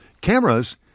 cameras